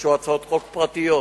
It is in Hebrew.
והגישו הצעות חוק פרטיות,